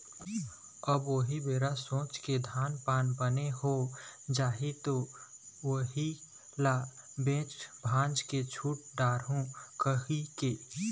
अब उही बेरा सोचिस के धान पान बने हो जाही त उही ल बेच भांज के छुट डारहूँ कहिके